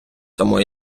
тому